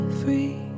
free